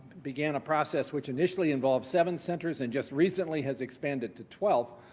began a process which initially involved seven centers and just recently has expanded to twelve,